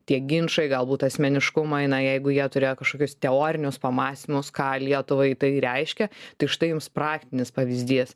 tie ginčai galbūt asmeniškumai na jeigu jie turėjo kažkokius teorinius pamąstymus ką lietuvai tai reiškia tai štai jums praktinis pavyzdys